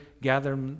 gather